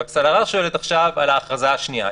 חברת הכנסת אלהרר שואלת עכשיו על ההכרזה השנייה.